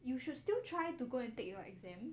you should still try to go and take your exam